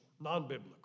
non-biblical